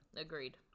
agreed